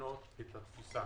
לשנות את התפיסה.